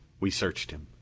we searched him.